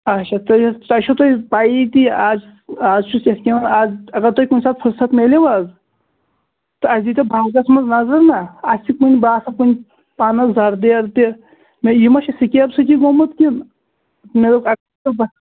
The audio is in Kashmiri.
اَچھا تُہۍ حظ تۄہہِ چھَو توتہِ پَیی کہِ اَز اَز چھُس یتھ کیٛاہ وَنان اگر تُہۍ کُنہٕ ساتہٕ فرصت میلٮ۪و حظ تہٕ اَسہِ دیٖتو باغَس مَنٛز نظر نا اَسہِ چھُ کُنہِ باسان کُنہِ پَنَس زَردٮ۪ر تہِ نہَ یہِ ما چھِ سِکیپ سۭتی گوٚمُت کِنہٕ مےٚ دوٚپ